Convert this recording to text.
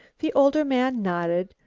the older man nodded,